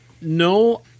no –